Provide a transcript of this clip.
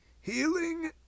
HEALING